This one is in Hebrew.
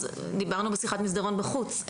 אז דיברנו בשיחת מסדרון בחוץ,